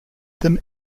them